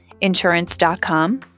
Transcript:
insurance.com